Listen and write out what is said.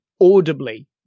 audibly